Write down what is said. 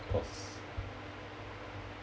cause